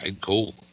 cool